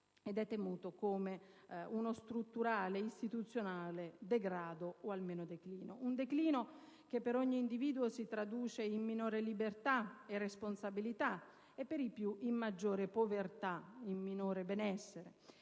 ed è temuto come uno strutturale, istituzionale degrado o almeno declino. Un declino che per ogni individuo si traduce in minore libertà e responsabilità e, per i più, in maggiore povertà, in minore benessere.